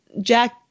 Jack